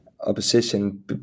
opposition